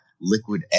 liquid